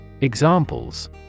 Examples